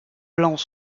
blancs